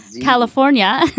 California